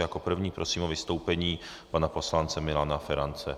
Jako prvního prosím o vystoupení pana poslance Milana Ferance.